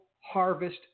harvest